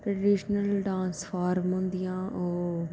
traditional dance form होंदियां ओह्